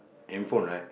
hand phone right